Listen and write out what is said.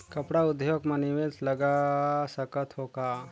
कपड़ा उद्योग म निवेश लगा सकत हो का?